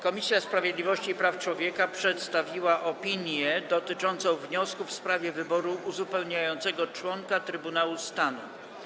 Komisja Sprawiedliwości i Praw Człowieka przedstawiła opinię dotyczącą wniosku w sprawie wyboru uzupełniającego członka Trybunału Stanu.